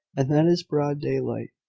and that it is broad daylight.